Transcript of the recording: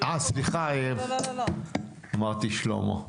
סליחה, אמרתי שלמה.